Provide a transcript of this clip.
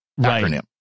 acronym